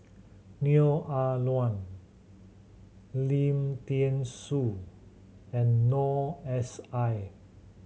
Neo Ah Luan Lim Thean Soo and Noor S I